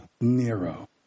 Nero